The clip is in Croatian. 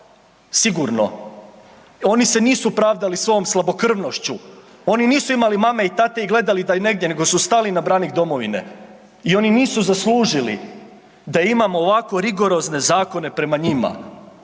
sigurno. Oni se nisu pravdali svojom slabokrvnošću, oni nisu imali mame i tate i gledali da idu negdje nego su stali na branik domovine i oni nisu zaslužili da imamo ovako rigorozne zakone prema njima,